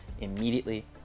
immediately